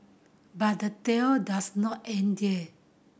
but the tail does not end there